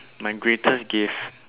my greatest gift